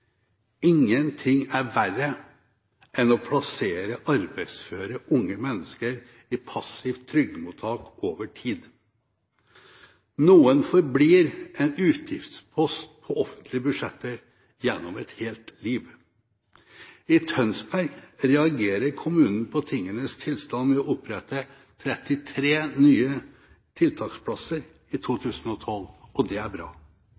Ingenting er verre enn å plassere arbeidsføre unge mennesker i passivt trygdemottak over tid. Noen forblir en utgiftspost på offentlige budsjetter gjennom et helt liv. I Tønsberg reagerer kommunen på tingenes tilstand med å opprette 33 nye tiltaksplasser i 2012, og det er bra.